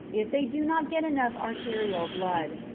if they do not get enough arterial blood,